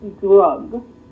drug